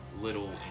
little